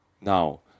now